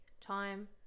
time